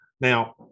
Now